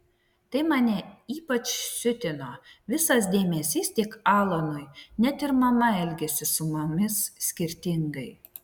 tai mane ypač siutino visas dėmesys tik alanui net ir mama elgėsi su mumis skirtingai